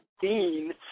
Dean